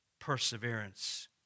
perseverance